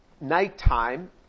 nighttime